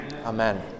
Amen